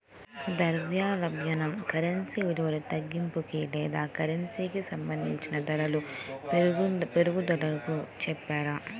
ద్రవ్యోల్బణం కరెన్సీ విలువ తగ్గింపుకి లేదా కరెన్సీకి సంబంధించిన ధరల పెరుగుదలగా చెప్తారు